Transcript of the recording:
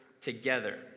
together